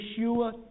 Yeshua